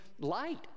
light